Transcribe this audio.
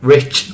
Rich